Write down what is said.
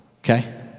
Okay